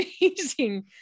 amazing